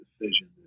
decision